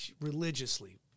religiously